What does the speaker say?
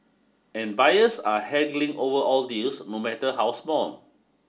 and buyers are haggling over all deals no matter how small